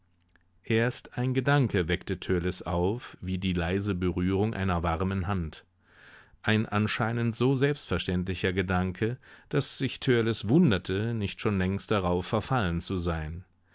erst ein gedanke weckte törleß auf wie die leise berührung einer warmen hand ein anscheinend so selbstverständlicher gedanke daß sich törleß wunderte nicht schon längst darauf verfallen zu sein